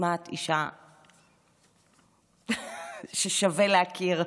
נשמעת אישה ששווה להכיר.